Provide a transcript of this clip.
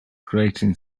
grating